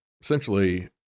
essentially